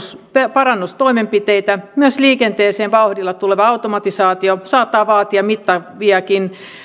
parannustoimenpiteitä myös liikenteeseen vauhdilla tuleva automatisaatio saattaa vaatia mittaviakin